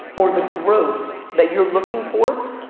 or the growth that you're looking for,